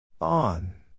on